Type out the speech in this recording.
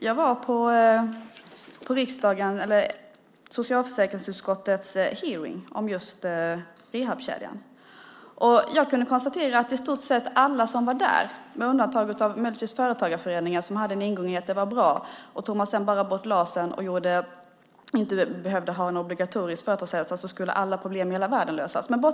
Jag var på socialförsäkringsutskottets hearing om just rehabkedjan. Jag kunde konstatera att i stort sett alla som var där var delvis kritiska, möjligtvis med undantag av Företagarföreningen som hade den ingången att det var bra och tog man sedan bara bort LAS och inte behövde ha en obligatorisk företagshälsovård skulle alla problem i hela världen lösas.